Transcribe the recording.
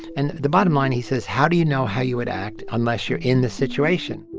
and the bottom line, he says, how do you know how you would act unless you're in the situation?